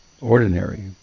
ordinary